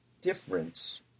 difference